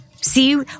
See